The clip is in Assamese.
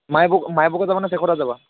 মাই বুক মাই বুকৰ তাত যাবানে শেইখৰ তাত যাবা